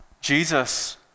Jesus